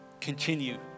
continue